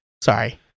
Sorry